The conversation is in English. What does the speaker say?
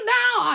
now